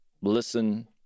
listen